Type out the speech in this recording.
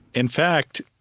in fact,